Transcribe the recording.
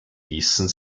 ließen